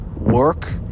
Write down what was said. Work